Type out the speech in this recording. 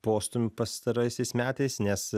postūmių pastaraisiais metais nes